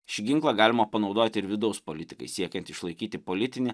šį ginklą galima panaudot ir vidaus politikai siekiant išlaikyti politinį